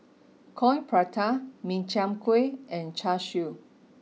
Coin Prata Min Chiang Kueh and Char Siu